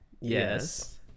Yes